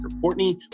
Courtney